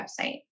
website